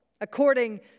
According